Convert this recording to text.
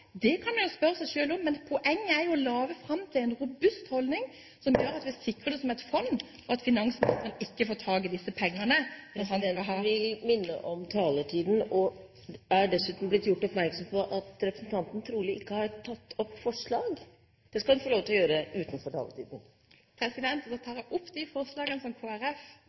kan en jo spørre seg selv om, men poenget er å komme fram til en robust ordning som gjør at vi sikrer det som et fond, og at finansministeren ikke får tak i disse pengene når han skal ha … Presidenten vil minne om taletiden. Presidenten er dessuten blitt gjort oppmerksom på at representanten trolig ikke har tatt opp forslag. Det skal hun få lov å gjøre utenom taletiden. Da tar jeg opp de forslagene i innstillingen som